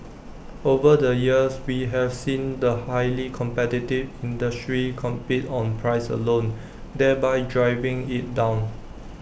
over the years we have seen the highly competitive industry compete on price alone thereby driving IT down